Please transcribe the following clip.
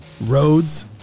Roads